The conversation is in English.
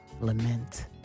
lament